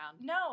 No